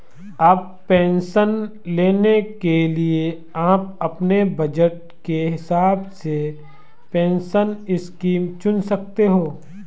अब पेंशन लेने के लिए आप अपने बज़ट के हिसाब से पेंशन स्कीम चुन सकते हो